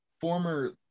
former